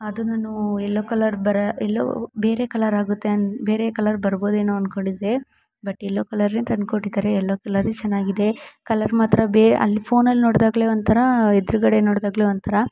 ಅದು ನಾನು yellow colour ಬರ ಎಲ್ಲೋ ಬೇರೆ ಕಲರಾಗುತ್ತೆ ಅಂ ಬೇರೆ ಕಲರ್ ಬರ್ಬೌದೇನೋ ಅಂದ್ಕೊಂಡಿದ್ದೆ ಬಟ್ ಎಲ್ಲೋ ಕಲರೇ ತಂದುಕೊಟ್ಟಿದ್ದಾರೆ ಎಲ್ಲೋ ಕಲರೇ ಚೆನ್ನಾಗಿದೆ ಕಲರ್ ಮಾತ್ರ ಬೇರೆ ಅಲ್ಲಿ ಫೋನಲ್ಲಿ ನೋಡಿದಾಗ್ಲೆ ಒಂಥರ ಎದುರುಗಡೆ ನೋಡಿದಾಗ್ಲೆ ಒಂಥರ